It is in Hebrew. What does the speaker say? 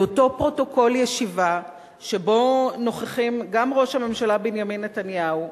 אותו פרוטוקול ישיבה שבה נוכחים גם ראש הממשלה בנימין נתניהו,